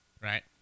Right